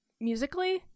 musically